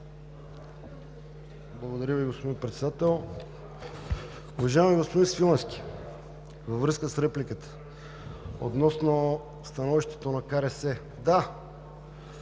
Благодаря Ви, господин Председател. Уважаеми господин Свиленски, във връзка с репликата относно становището на КРС. Да,